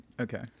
Okay